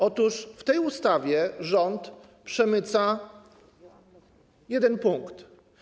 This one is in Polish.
Otóż w tej ustawie rząd przemyca jeden punkt.